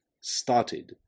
started